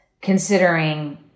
considering